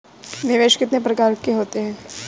निवेश कितने प्रकार के होते हैं?